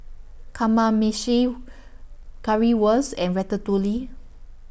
Kamameshi Currywurst and Ratatouille